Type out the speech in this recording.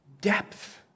depth